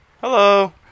Hello